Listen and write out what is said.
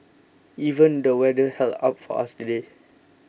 even the weather held up for us today